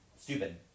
stupid